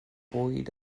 bwyd